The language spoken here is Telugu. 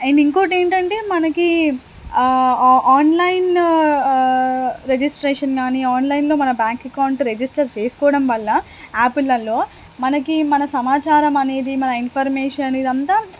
అండ్ ఇంకోటేంటంటే మనకి ఆన్లైన్ రిజిస్ట్రేషన్ కానీ ఆన్లైన్లో మన బ్యాంక్ అకౌంట్ రిజిస్టర్ చేసుకోవడం వల్ల యాపులల్లో మనకి మన సమాచారం అనేది మన ఇన్ఫర్మేషన్ ఇదంతా